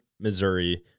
Missouri